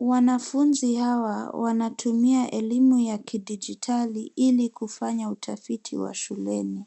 Wanafunzi hawa wanatumia elimu ya kidijitali ili kufanya utafiti wa shuleni.